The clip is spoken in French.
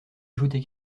ajouter